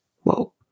Whoa